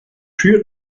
führt